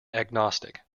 agnostic